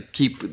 keep